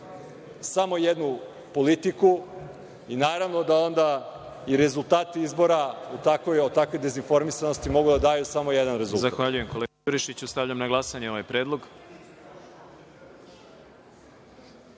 samo jednu politiku i naravno da onda i rezultati izbora u takvoj dezinformisanosti mogu da daju samo jedan rezultat.